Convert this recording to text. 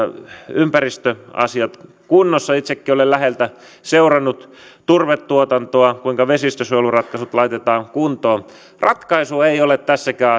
ympäristöasiat kunnossa itsekin olen läheltä seurannut turvetuotantoa kuinka vesistönsuojeluratkaisut laitetaan kuntoon ratkaisu ei ole tässäkään